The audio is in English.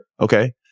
Okay